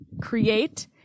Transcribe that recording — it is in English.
create